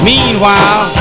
Meanwhile